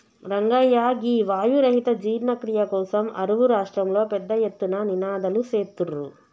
రంగయ్య గీ వాయు రహిత జీర్ణ క్రియ కోసం అరువు రాష్ట్రంలో పెద్ద ఎత్తున నినాదలు సేత్తుర్రు